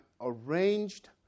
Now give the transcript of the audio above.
arranged